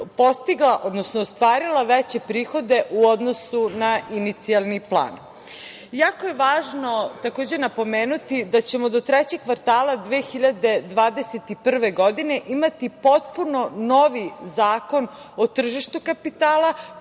postigla, odnosno ostvarila veće prihode u odnosu na inicijalni plan. Jako je važno takođe napomenuti da ćemo do trećeg kvartala 2021. godine imati potpuno novi zakon o tržištu kapitala